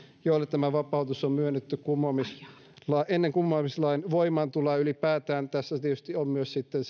joille vapautus on myönnetty ennen kumoamislain voimaantuloa ylipäätään tässä tietysti on myös sitten